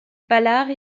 ballard